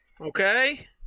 Okay